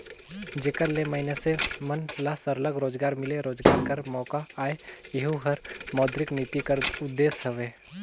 जेकर ले मइनसे मन ल सरलग रोजगार मिले, रोजगार कर मोका आए एहू हर मौद्रिक नीति कर उदेस हवे